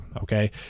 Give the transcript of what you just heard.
Okay